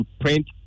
print